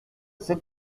c’est